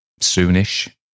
soonish